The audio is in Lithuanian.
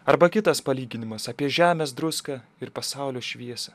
arba kitas palyginimas apie žemės druską ir pasaulio šviesą